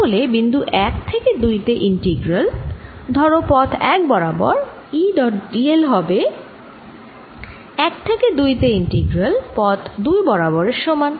তাহলে বিন্দু 1 থেকে 2 তে ইন্টিগ্রাল ধরো পথ 1 বরাবর E ডট d l হবে 1 থেকে 2 তে ইন্টিগ্রাল পথ 2 বরাবর এর সমান